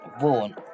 born